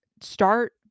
start